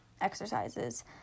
exercises